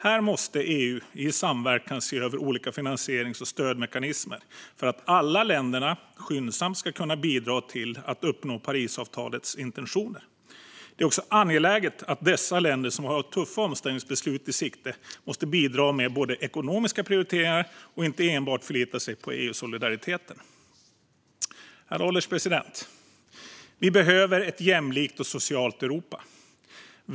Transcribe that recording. Här måste EU i samverkan se över olika finansierings och stödmekanismer för att alla EU-länder skyndsamt ska kunna bidra till att uppnå Parisavtalets intentioner. Det är också angeläget att de länder som har tuffa omställningsbeslut i sikte bidrar med ekonomiska prioriteringar och inte enbart förlitar sig på EU-solidariteten. Herr ålderspresident! Vi behöver ett jämlikt och socialt Europa.